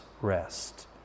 rest